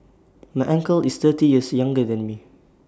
my uncle is thirty years younger than me